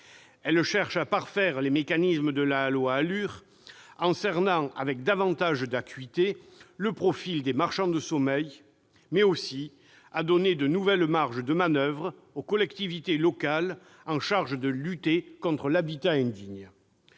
Celle-ci cherche à parfaire les mécanismes de la loi ALUR en cernant avec davantage d'acuité le profil des marchands de sommeil, mais elle vise aussi à donner de nouvelles marges de manoeuvre aux collectivités locales chargées de lutter contre l'habitat indigne.